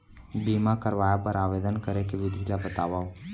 बीमा करवाय बर आवेदन करे के विधि ल बतावव?